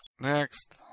Next